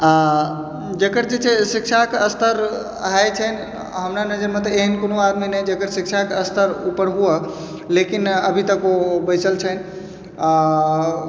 आ जेकर शिक्षाक स्तर हाइ छनि हमरा नजरमे तऽ एहन कोनो आदमी नहि जेकर शिक्षाके स्तर उपर हुअ लेकिन अभितक ओ बैसल छनि आ